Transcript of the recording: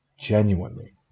genuinely